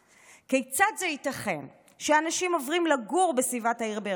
כיצד זה ייתכן שאנשים עוברים לגור בסביבת העיר באר שבע,